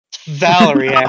Valerie